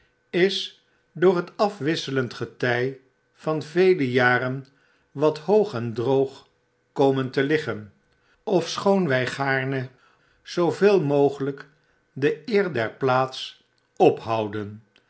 is door bet afwisselend gety van vele jaren wat hoog en droog komen te liggen ofschoon wig gaarne zooveel mogelyk de eer der plaats ophouden